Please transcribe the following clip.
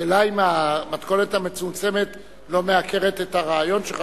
השאלה היא אם המתכונת המצומצמת לא מעקרת את הרעיון שלך.